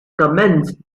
commenced